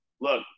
look